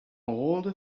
all